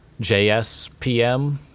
JSPM